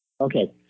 Okay